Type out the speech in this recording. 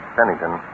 Pennington